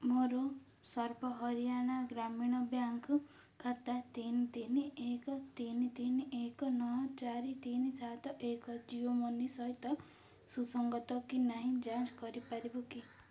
ମୋର ସର୍ବ ହରିୟାଣା ଗ୍ରାମୀଣ ବ୍ୟାଙ୍କ୍ ଖାତା ତିନି ତିନି ଏକ ତିନି ତିନି ଏକ ନଅ ଚାରି ତିନି ସାତ ଏକ ଜିଓ ମନି ସହିତ ସୁସଙ୍ଗତ କି ନାହିଁ ଯାଞ୍ଚ କରିପାରିବ କି